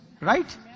right